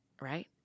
right